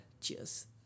cheers